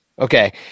Okay